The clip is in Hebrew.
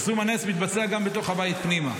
פרסום הנס מתבצע גם בתוך הבית פנימה.